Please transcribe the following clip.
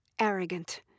arrogant